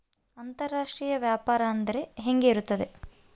ಅಂತರಾಷ್ಟ್ರೇಯ ವ್ಯಾಪಾರ ಅಂದರೆ ಹೆಂಗೆ ಇರುತ್ತದೆ?